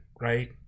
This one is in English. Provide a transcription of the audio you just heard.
right